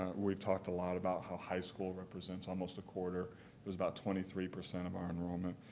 we've talked a lot about how high school represents almost a quarter. it was about twenty three percent of our enrollment.